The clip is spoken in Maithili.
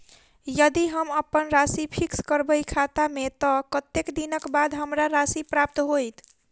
यदि हम अप्पन राशि फिक्स करबै खाता मे तऽ कत्तेक दिनक बाद हमरा राशि प्राप्त होइत?